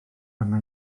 arna